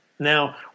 Now